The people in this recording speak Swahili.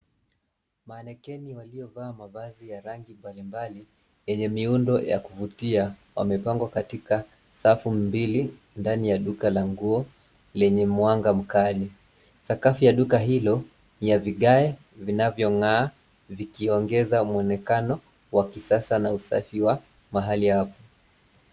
Manekeni waliovaa mavazi ya rangi mbali mbali yenye miundo ya kuvutia wamepangwa katika safu mbili ndani ya duka la nguo lenye mwanga mkali. Sakafu ya duka hilo ni ya vigae vinavyong'aa vikiongeza muonekano wa kisasa na usafi wa mahali hapo.